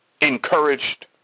encouraged